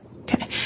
Okay